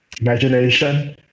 imagination